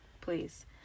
please